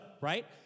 right